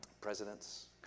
Presidents